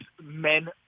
men